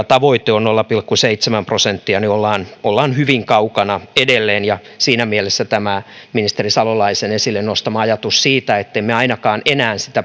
tavoite on nolla pilkku seitsemän prosenttia bktstä mistä ollaan hyvin kaukana edelleen siinä mielessä tämä ministeri salolaisen esille nostama ajatus siitä ettemme ainakaan enää sen